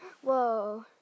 Whoa